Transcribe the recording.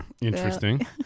Interesting